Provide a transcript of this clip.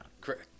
Correct